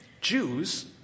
Jews